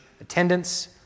attendance